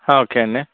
okay అండి